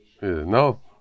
No